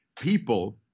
people